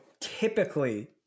typically